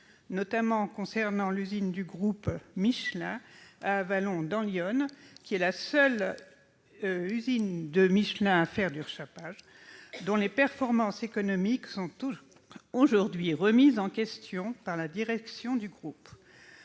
notamment ceux de l'usine Michelin à Avallon, dans l'Yonne, qui est la seule du groupe à faire du rechapage et dont les performances économiques sont aujourd'hui remises en question par la direction du groupe.